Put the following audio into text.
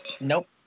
Nope